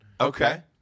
Okay